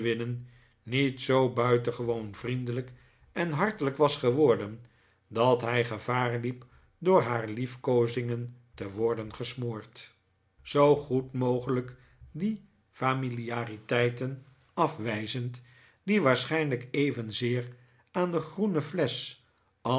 niet zpp buitengewppn vriendelijk en hartelijk was gewprden dat hij gevaar hep dppr haar liefkppzingen te wprden gesmpprd squeers onderzoekt documenten zoo goed mogelijk die familiariteiten afwijzend die waarschijnlijk evenzeer aan de groene flesch